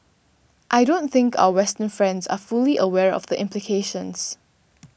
I don't think our western friends are fully aware of the implications